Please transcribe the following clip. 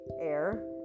air